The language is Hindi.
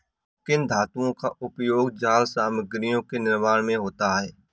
किन धातुओं का उपयोग जाल सामग्रियों के निर्माण में होता है?